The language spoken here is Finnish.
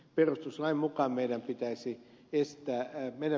perustuslain mukaan meidän pitäisi pistää en minä